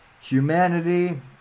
humanity